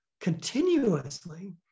continuously